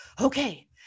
Okay